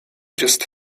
just